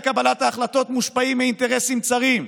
קבלת ההחלטות מושפעים מאינטרסים צרים,